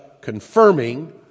confirming